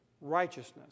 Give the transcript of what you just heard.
righteousness